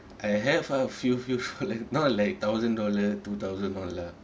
I have a few few not like thousand dollar two thousand dollar